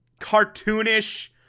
cartoonish